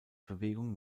bewegung